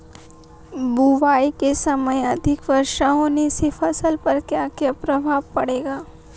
बुआई के समय अधिक वर्षा होने से फसल पर क्या क्या प्रभाव पड़ेगा?